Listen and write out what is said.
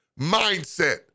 mindset